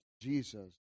Jesus